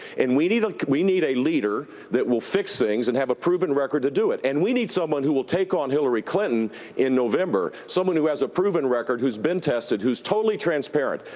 and we need we need a leader that will fix things and have a proven record to do it. and we need someone who will take on hillary clinton in november. someone who has a proven record, who has been tested, who is totally transparent.